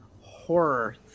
horror